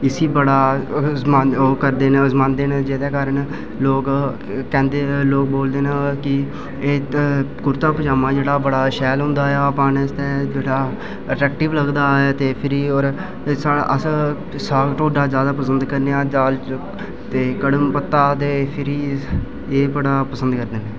जिसी बड़ा अजंमादे न इस कारण लोक बोलदे न एह कुर्ता पजामां जेहड़ा बडा शैल होंदा ऐ जेहड़ा ऐ अट्रैक्टिव लगदा ऐ ते साढ़ा अस साग ढोडा ज्यादा पंसद करने आं ते कड़म पता ते फिरी एह् बड़ा पंसद करदे न